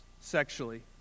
sexually